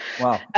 wow